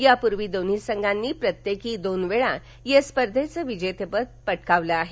यापूर्वी दोन्ही संघांनी प्रत्येकी दोन वेळा या स्पर्धेचं विजेतेपद पटकावलं आहे